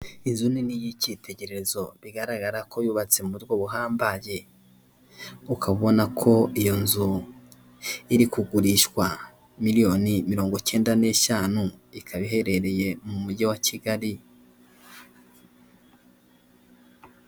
Inzu nini y'icyitegererezo bigaragara ko yubatse mu buryo buhambaye, ukana ubona ko iyo nzu iri kugurishwa miliyoni mirongo icyenda n'eshanu, ikaba iherereye mu mujyi wa Kigali.